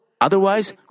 Otherwise